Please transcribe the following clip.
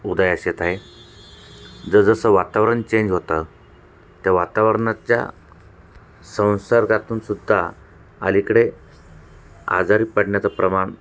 उदयास येत आहे जसजसं वातावरण चेंज होतं त्या वातावरणाच्या संसार्गातूनसुद्धा अलीकडे आजारी पडण्याचं प्रमाण